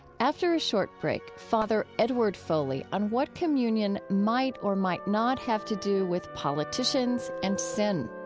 after a short break, father edward foley on what communion might or might not have to do with politicians and sin